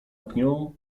pniu